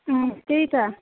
त्यही त